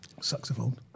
Saxophone